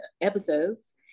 episodes